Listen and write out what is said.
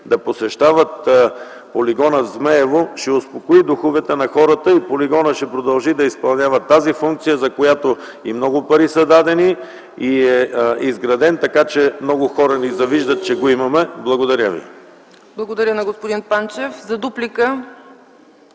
да посещават полигона „Змейово” ще успокои духовете на хората и полигонът ще продължи да изпълнява тази функция, за която и много пари са дадени, и е изграден така, че много хора ни завиждат че го имаме. Благодаря ви. ПРЕДСЕДАТЕЛ ЦЕЦКА ЦАЧЕВА: Благодаря на господин Панчев. Дуплика?